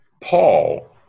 Paul